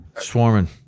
swarming